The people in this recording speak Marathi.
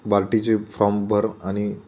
बार्टीचे फॉर्म भर आणि